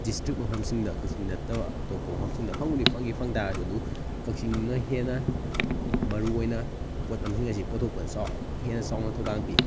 district ꯃꯐꯝꯁꯤꯡꯗ ꯀꯥꯛꯆꯤꯡ ꯅꯠꯇꯕ ꯑꯇꯣꯞꯄ ꯃꯐꯝꯁꯤꯡꯗ ꯐꯪꯕꯨꯗꯤ ꯐꯪꯉꯤ ꯐꯪꯇꯥꯔꯁꯨ ꯑꯗꯨ ꯀꯥꯛꯆꯤꯡꯅ ꯍꯦꯟꯅ ꯃꯔꯨ ꯑꯣꯏꯅ ꯄꯣꯠꯂꯝꯁꯤꯡ ꯑꯁꯤ ꯄꯨꯊꯣꯛꯄꯗ ꯍꯦꯟꯅ ꯆꯥꯎꯅ ꯊꯧꯗꯥꯡ ꯄꯤ